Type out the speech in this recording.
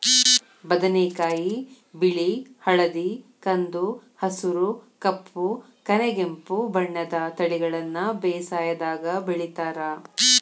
ಬದನೆಕಾಯಿ ಬಿಳಿ ಹಳದಿ ಕಂದು ಹಸುರು ಕಪ್ಪು ಕನೆಗೆಂಪು ಬಣ್ಣದ ತಳಿಗಳನ್ನ ಬೇಸಾಯದಾಗ ಬೆಳಿತಾರ